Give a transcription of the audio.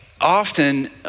often